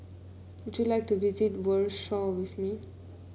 would you like to visit Warsaw with me